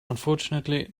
unfortunately